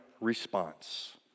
response